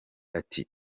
ati